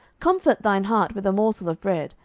comfort thine heart with a morsel of bread,